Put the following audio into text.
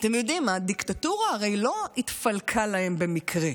אתם יודעים, הדיקטטורה הרי לא התפלקה להם במקרה.